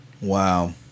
Wow